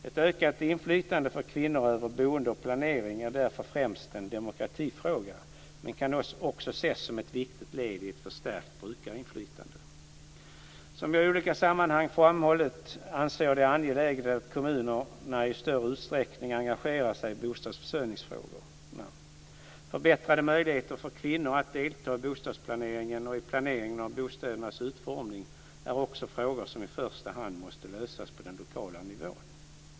Ett ökat inflytande för kvinnor över boende och planering är därför främst en demokratifråga, men kan också ses som ett viktigt led i ett förstärkt brukarinflytande. Som jag i olika sammanhang framhållit anser jag att det är angeläget att kommunerna i större utsträckning engagerar sig i bostadsförsörjningsfrågorna. Förbättrade möjligheter för kvinnor att delta i bostadsplaneringen och i planeringen av bostädernas utformning är också frågor som i första hand måste lösas på den lokala nivån.